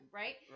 right